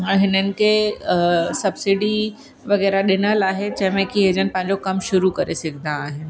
ऐं हिननि खे सब्सिडी वग़ैरह ॾिनल आहे जंहिं में कि एजंट पंहिंजो कम शुरू करे सघंदा आहिनि